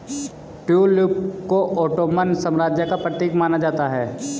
tulip को Ottoman साम्राज्य का प्रतीक माना जाता है